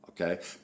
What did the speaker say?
Okay